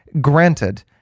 Granted